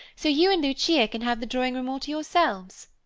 so you and lucia can have the drawing room all to yourselves.